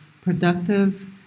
productive